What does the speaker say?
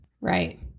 Right